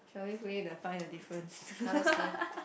shall we play the find the difference